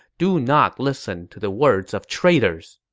do not listen to the words of traitors.